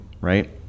Right